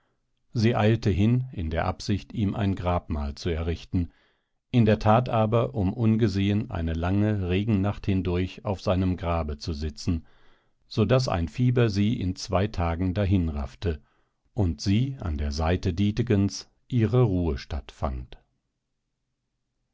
sie eilte hin in der absicht ihm ein grabmal zu errichten in der tat aber um ungesehen eine lange regennacht hindurch auf seinem grabe zu sitzen so daß ein fieber sie in zwei tagen dahinraffte und sie an der seite dietegens ihre ruhestatt fand